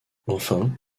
enfin